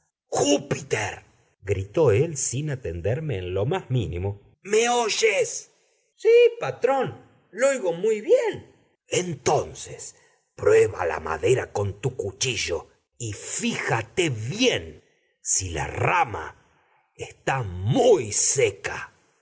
júpiter gritó él sin atenderme en lo más mínimo me oyes sí patrón l'oigo mu bien entonces prueba la madera con tu cuchillo y fíjate bien si la rama está muy seca